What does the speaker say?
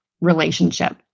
relationship